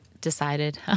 decided